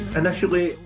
initially